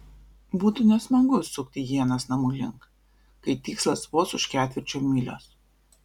būtų nesmagu sukti ienas namų link kai tikslas vos už ketvirčio mylios